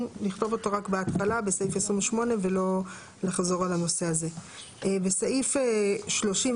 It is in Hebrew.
שאכן לאותו יצרן יש רישיון